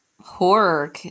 horror